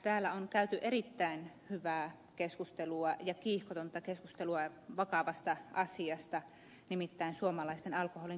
täällä on käyty erittäin hyvää ja kiihkotonta keskustelua vakavasta asiasta nimittäin suomalaisten alkoholin käytöstä